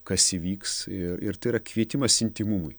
kas įvyks ir ir tai yra kvietimas intymumui